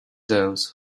those